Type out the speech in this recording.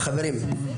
חברים,